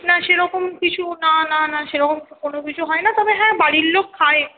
না সেরকম কিছু না না না সেরকম কোনো কিছু হয় না তবে হ্যাঁ বাড়ির লোক খায় একটু